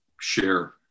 share